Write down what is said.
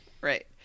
Right